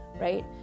right